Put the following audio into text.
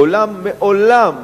קולם מעולם,